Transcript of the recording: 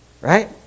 right